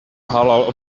halal